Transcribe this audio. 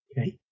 Okay